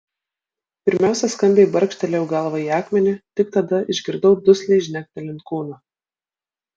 pirmiausia skambiai barkštelėjau galva į akmenį tik tada išgirdau dusliai žnektelint kūną